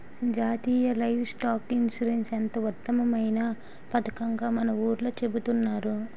జాతీయ livestock insurance ఎంతో ఉత్తమమైన పదకంగా మన ఊర్లో చెబుతున్నారు